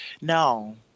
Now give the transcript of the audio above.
no